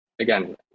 Again